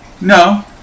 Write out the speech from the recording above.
no